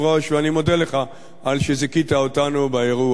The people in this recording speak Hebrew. ואני מודה לך על שזיכית אותנו באירוע הזה.